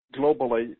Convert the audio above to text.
globally